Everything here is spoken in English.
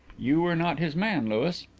you were not his man, louis.